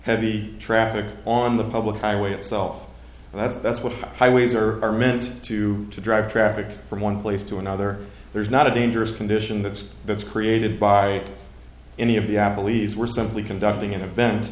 heavy traffic on the public highway itself that's that's what highways are are meant to drive traffic from one place to another there's not a dangerous condition that's that's created by any of the apple lees were simply conducting an event